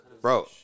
bro